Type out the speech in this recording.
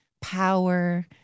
power